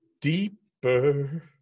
deeper